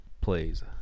plays